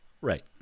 Right